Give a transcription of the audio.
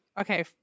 okay